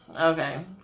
Okay